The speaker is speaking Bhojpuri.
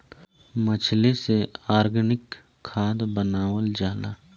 मछली से ऑर्गनिक खाद्य बनावल जाला